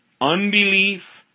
Unbelief